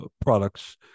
products